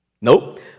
Nope